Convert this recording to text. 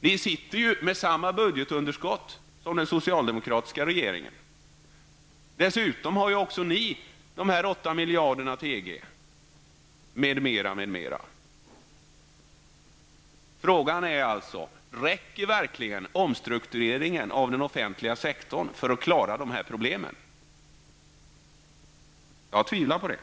Ni sitter med samma budgetunderskott som den socialdemokratiska regeringen. Dessutom har ni dessa 8 miljarder till EG m.m. Frågan är således om omstruktureringen av den offentliga sektorn verkligen räcker för att klara de här problemen. Jag tvivlar på det.